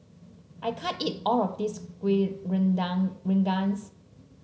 I can't eat all of this kueh redown rengas